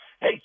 Hey